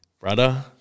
brother